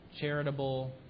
charitable